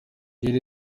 rero